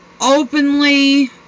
openly